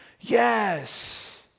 Yes